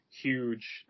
huge